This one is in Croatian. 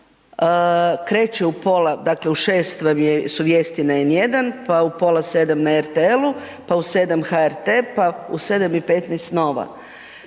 u 6 su vijesti na N1, pa u pola 7 na RTL-u, pa u 7 HRT, pa u 7,15 Nova.